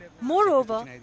Moreover